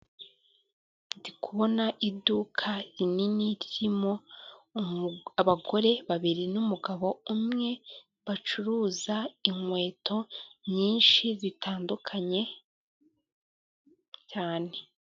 Ndikubona iduka rinini ririmo abagore babiri n'umugabo umwe, bacuruza inkweto nyinshi zitandukanye cyane.